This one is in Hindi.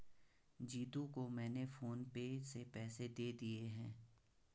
जीतू को मैंने फोन पे से पैसे दे दिए हैं